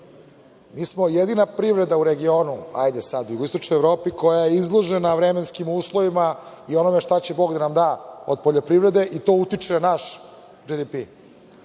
Mi smo jedina privreda u regionu, u jugoistočnoj Evropi, koja je izložena vremenskim uslovima i onome šta će Bog da nam da od poljoprivrede i to utiče na naš